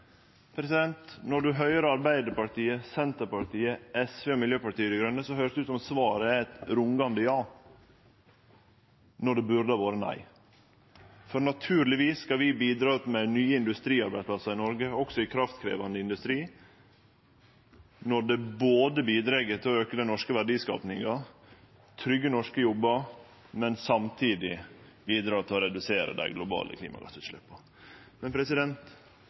Når vi høyrer Arbeidarpartiet, Senterpartiet, SV og Miljøpartiet Dei Grøne, høyrest det ut som svaret er eit rungande ja, når det burde ha vore nei. For naturlegvis skal vi bidra med nye industriarbeidsplassar i Noreg, også i kraftkrevjande industri, når det både bidreg til å auke den norske verdiskapinga og trygge norske jobbar og samtidig bidreg til å redusere dei globale klimagassutsleppa.